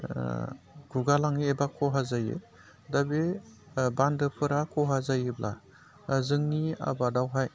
गुगा लाङो एबा खहा जायो दा बे बान्दोफोरा खहा जायोब्ला जोंनि आबादावहाय